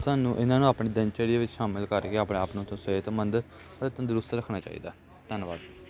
ਸਾਨੂੰ ਇਹਨਾਂ ਨੂੰ ਆਪਣੇ ਦਿਨਚਰੀਆ ਵਿੱਚ ਸ਼ਾਮਿਲ ਕਰਕੇ ਆਪਣੇ ਆਪ ਨੂੰ ਤਾਂ ਸਿਹਤਮੰਦ ਅਤੇ ਤੰਦਰੁਸਤ ਰੱਖਣਾ ਚਾਹੀਦਾ ਧੰਨਵਾਦ